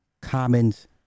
Commons